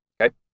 okay